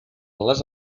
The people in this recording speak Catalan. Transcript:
les